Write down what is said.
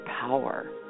power